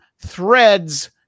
threads